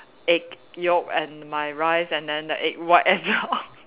egg yolk and my rice and then the egg white and the om~